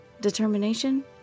Determination